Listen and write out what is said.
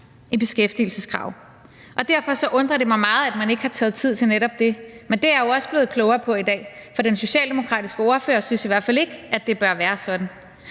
i beskæftigelseskravet. Derfor undrer det mig meget, at man ikke har taget tid til netop det. Men det er jeg jo også blevet klogere på i dag, for den socialdemokratiske ordfører synes i hvert fald ikke, det bør være sådan.